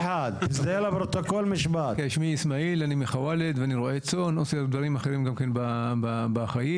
אני רועה צאן מחוואלד ועושה דברים אחרים גם כן בחיים.